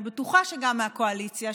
אני בטוחה שגם מהקואליציה,